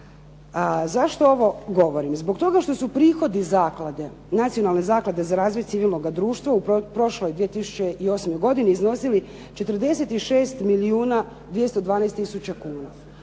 Zašto ovo govorim? Zbog toga što su prihodi zaklade, Nacionalne zaklade za razvoj civilnoga društva u prošloj 2008. godini iznosili 46 milijuna 212000 kuna